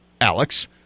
Alex